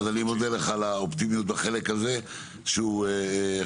אני מודה לך על האופטימיות בחלק הזה שהוא חשוב.